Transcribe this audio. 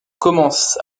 commence